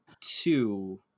two